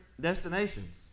destinations